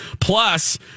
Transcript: Plus